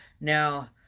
Now